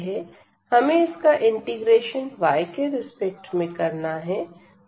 हमें इसका integration y के रिस्पेक्ट में 0 से 3तक करना है